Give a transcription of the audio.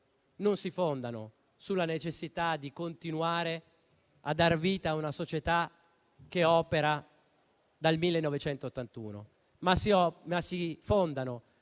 non si fondano sulla necessità di continuare a dar vita a una società che opera dal 1981, ma si fondano